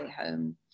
home